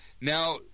Now